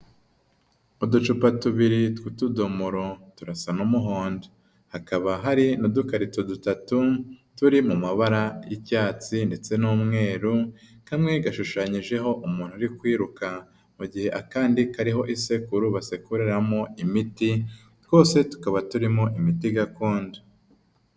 Uducupa tubiri tw'utudomoro turasa n'umuhondo, hakaba hari n'udukarito dutatu turi mu mabara y'icyatsi ndetse n'umweru, kamwe gashushanyijeho umuntu uri kwiruka mu gihe akandi kariho isekuro basekurimo imiti, twose tukaba turimo imiti gakondo.